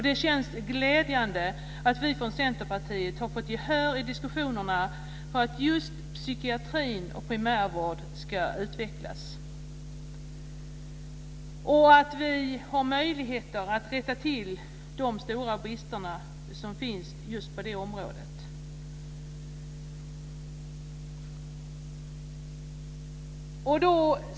Det är glädjande att vi i Centerpartiet i diskussionerna har fått gehör för att just psykiatrin och primärvården ska utvecklas liksom att vi har möjligheter att komma till rätta med de stora brister som finns på just det området.